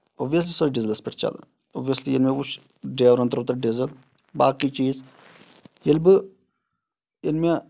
obviously سۄ چھِ ڈِزلس پٮ۪ٹھ چلان اوبویسلی ییٚلہِ مےٚ وٕچھ ڈریورن ترٛوو تَتھ ڈِزٕل باقٕے چیٖز ییٚلہِ بہٕ ییٚلہِ مےٚ